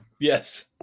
Yes